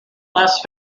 las